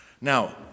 Now